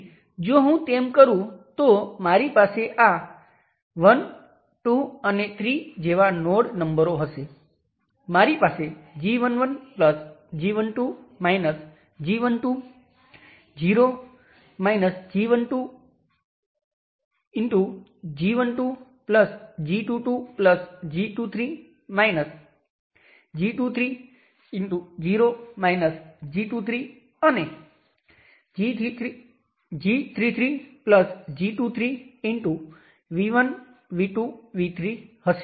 Thevenin resistance જે V ટેસ્ટને I test દ્વારા ડિવાઇડ કરવામાં આવે છે તે 0 Ω હશે